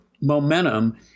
momentum